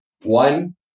One